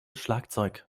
schlagzeug